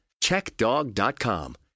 CheckDog.com